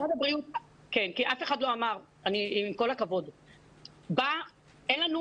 עם כל הכבוד, אין לנו